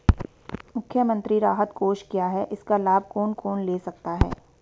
मुख्यमंत्री राहत कोष क्या है इसका लाभ कौन कौन ले सकता है?